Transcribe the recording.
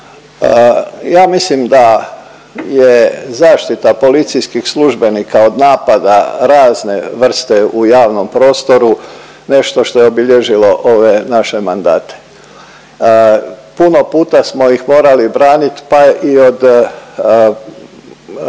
Ja mislim da je zaštita policijskih službenika od napada razne vrste u javnom prostoru nešto što je obilježilo ove naše mandate. Puno puta smo ih morali branit pa i od